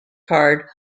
card